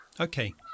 Okay